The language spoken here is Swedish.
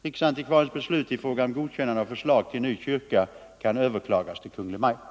Riksantikvariens beslut i fråga om godkännande av förslag till ny kyrka kan överklagas till Kungl. Maj:t.